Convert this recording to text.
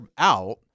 out